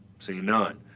seeing none,